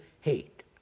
hate